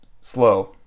slow